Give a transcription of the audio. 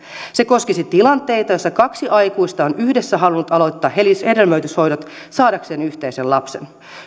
se koskisi tilanteita joissa kaksi aikuista on yhdessä halunnut aloittaa hedelmöityshoidot saadakseen yhteisen lapsen